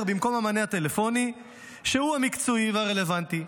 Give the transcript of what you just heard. במקום המענה הטלפוני שהוא המקצועי והרלוונטי,